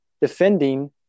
defending